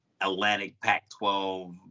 Atlantic-Pac-12